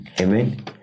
Amen